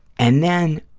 and then,